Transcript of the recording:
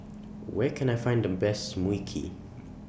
Where Can I Find The Best Mui Kee